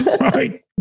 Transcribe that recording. right